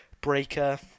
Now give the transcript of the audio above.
breaker